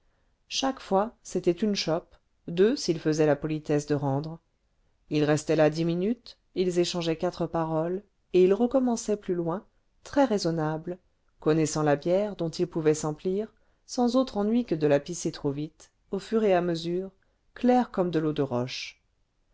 chaque fois c'était une chope deux s'ils faisaient la politesse de rendre ils restaient là dix minutes ils échangeaient quatre paroles et ils recommençaient plus loin très raisonnables connaissant la bière dont ils pouvaient s'emplir sans autre ennui que de la pisser trop vite au fur et à mesure claire comme de l'eau de roche